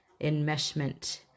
enmeshment